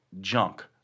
junk